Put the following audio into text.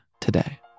today